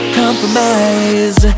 compromise